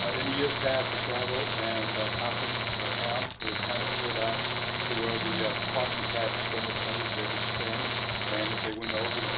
ah in the years past, the travel and conference accounts was kind of split up to where the yeah departments had so much money that they could spend and if they went over,